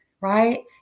right